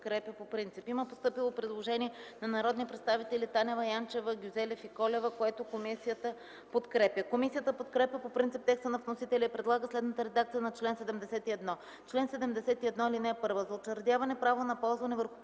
Има постъпило предложение на народните представители Танева, Янчева, Гюзелев и Колева, което комисията подкрепя. Комисията подкрепя по принцип текста на вносителя и предлага следната редакция на чл. 71: „Чл. 71. (1) За учредяване право на ползване върху